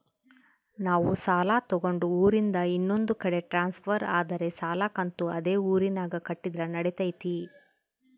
ನಾವು ಸಾಲ ತಗೊಂಡು ಊರಿಂದ ಇನ್ನೊಂದು ಕಡೆ ಟ್ರಾನ್ಸ್ಫರ್ ಆದರೆ ಸಾಲ ಕಂತು ಅದೇ ಊರಿನಾಗ ಕಟ್ಟಿದ್ರ ನಡಿತೈತಿ?